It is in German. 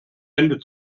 ende